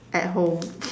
at home